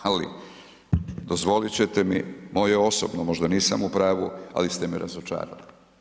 Ali dozvolit ćete mi, moje osobno možda ja nisam u pravu, ali ste me razočarali.